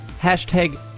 hashtag